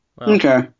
Okay